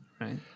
right